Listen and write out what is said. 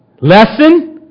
Lesson